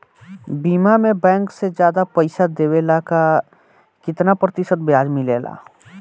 बीमा में बैंक से ज्यादा पइसा देवेला का कितना प्रतिशत ब्याज मिलेला?